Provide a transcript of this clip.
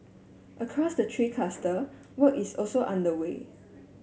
across the three cluster work is also underway